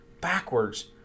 backwards